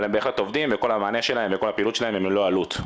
אבל הם בהחלט עובדים וכל המענה שלהם וכל הפעילות שלהם היא ללא עלות,